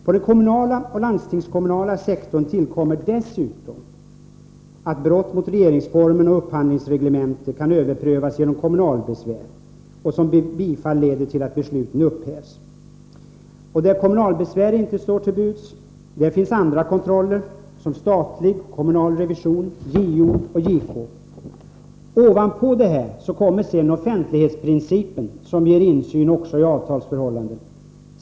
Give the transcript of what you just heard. På den kommunala och landstingskommunala sektorn tillkommer dessutom att brott mot regeringsformen och upphandlingsreglementet kan överprövas genom kommunalbesvär, som vid bifall leder till att besluten upphävs. Där kommunalbesvär inte står till buds finns andra kontroller, som statlig och kommunal revision, JO och JK. Ovanpå detta kommer sedan offentlighetsprincipen som ger insyn också i avtalsförhållandet.